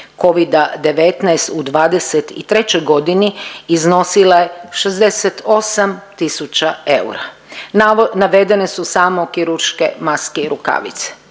Covida-19 u '23. godini iznosila je 68 tisuća eura. Navod… navedene su samo kirurške maske i rukavice